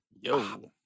Yo